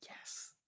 Yes